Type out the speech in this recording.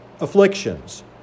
afflictions